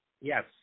yes